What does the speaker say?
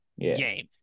game